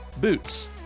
Boots